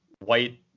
white